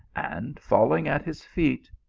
and, falling at his feet,